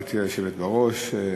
גברתי היושבת בראש,